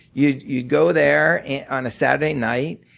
you'd you'd go there on a saturday night,